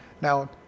Now